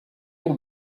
y’u